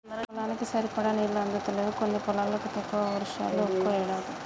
పొలానికి సరిపడా నీళ్లు అందుతలేవు కొన్ని పొలాలకు, తక్కువ వర్షాలు ఒక్కో ఏడాది